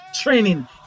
training